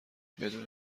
بدون